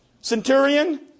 centurion